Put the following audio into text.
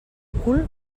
cul